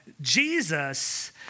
Jesus